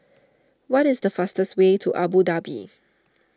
what is the fastest way to Abu Dhabi